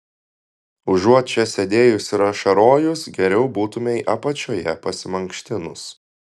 užuot čia sėdėjus ir ašarojus geriau būtumei apačioje pasimankštinus